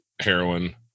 heroin